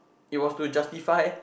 it was to justify